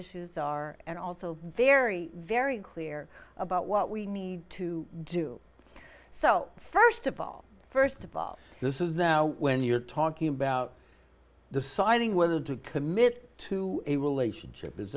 issues are and also be very very clear about what we need to do so first of all first of all this is now when you're talking about deciding whether to commit to a relationship is